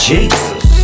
Jesus